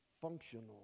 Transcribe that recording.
Functional